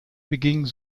beging